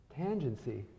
tangency